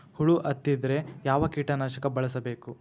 ಹುಳು ಹತ್ತಿದ್ರೆ ಯಾವ ಕೇಟನಾಶಕ ಬಳಸಬೇಕ?